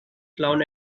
clown